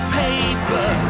paper